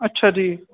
ਅੱਛਾ ਜੀ